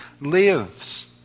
lives